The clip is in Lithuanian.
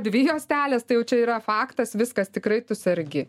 dvi juostelės tai jau čia yra faktas viskas tikrai tu sergi